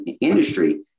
industry